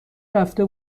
رفته